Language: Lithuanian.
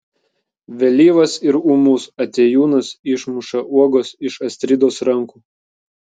vėlyvas ir ūmus atėjūnas išmuša uogas iš astridos rankų